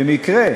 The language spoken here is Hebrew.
במקרה,